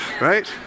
right